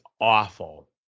awful